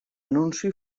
anunci